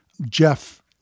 Jeff